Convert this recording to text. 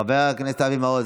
חבר הכנסת אבי מעוז.